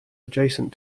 adjacent